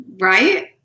Right